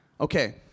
Okay